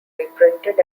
reprinted